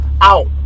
out